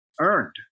earned